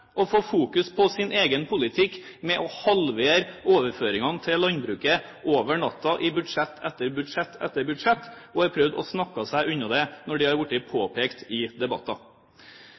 å få fokus på sin egen politikk, som går på å halvere overføringene til landbruket over natta i budsjett etter budsjett, og som de har prøvd å snakke seg unna når det har blitt påpekt i debatter.